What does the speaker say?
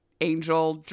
angel